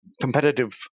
competitive